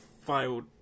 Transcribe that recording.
filed